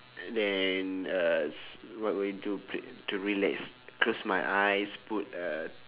then uh what we do cl~ to relax close my eyes put uh